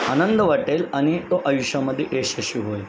आनंद वाटेल आणि तो आयुष्यामध्ये यशस्वी होईल